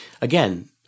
again